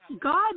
God